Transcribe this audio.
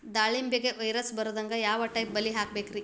ದಾಳಿಂಬೆಗೆ ವೈರಸ್ ಬರದಂಗ ಯಾವ್ ಟೈಪ್ ಬಲಿ ಹಾಕಬೇಕ್ರಿ?